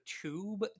tube